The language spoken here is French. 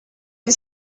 une